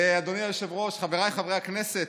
אדוני היושב-ראש, חבריי חברי הכנסת,